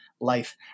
life